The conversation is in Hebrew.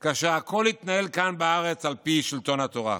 כאשר הכול יתנהל כאן בארץ על פי שלטון התורה.